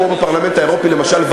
כמו בפרלמנט האירופי למשל,